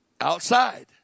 outside